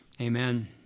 Amen